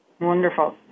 Wonderful